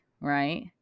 right